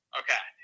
okay